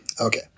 Okay